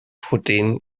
pwdin